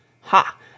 Ha